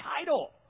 title